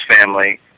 family